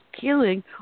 killing